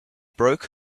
broke